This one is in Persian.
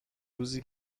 روزی